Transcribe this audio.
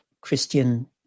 Christian